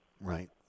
Right